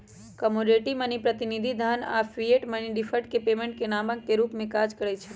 commodity money, प्रतिनिधि धन आऽ फिएट मनी डिफर्ड पेमेंट के मानक के रूप में काज करइ छै